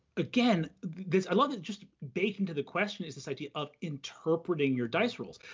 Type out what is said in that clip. again, there's a lot that's just baked into the question, is this idea of interpreting your dice rolls,